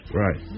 right